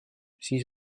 siis